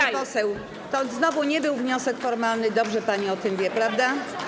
Pani poseł, to znowu nie był wniosek formalny, dobrze pani o tym wie, prawda?